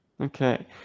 Okay